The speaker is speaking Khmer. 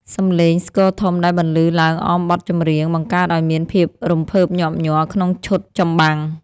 សំឡេងស្គរធំដែលបន្លឺឡើងអមបទចម្រៀង បង្កើតឱ្យមានភាពរំភើបញាប់ញ័រក្នុងឈុតចម្បាំង។